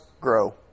grow